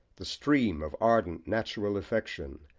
the stream of ardent natural affection,